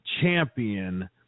champion